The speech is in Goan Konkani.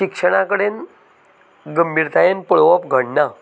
शिक्षणा कडेन गंभीरतायेन पळोवप घडना